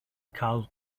gael